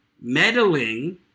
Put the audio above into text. meddling